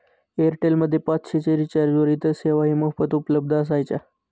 Airtel मध्ये पाचशे च्या रिचार्जवर इतर सेवाही मोफत उपलब्ध असायच्या